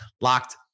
Locked